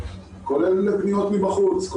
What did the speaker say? כולל לפניות מבחוץ,